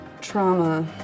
trauma